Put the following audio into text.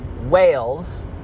Wales